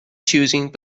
choosing